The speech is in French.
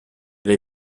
elle